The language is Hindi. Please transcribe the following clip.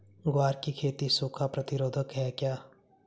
ग्वार की खेती सूखा प्रतीरोधक है क्या?